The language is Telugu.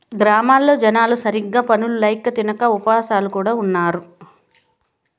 గ్రామాల్లో జనాలు సరిగ్గా పనులు ల్యాక తినక ఉపాసాలు కూడా ఉన్నారు